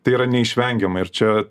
tai yra neišvengiama ir čia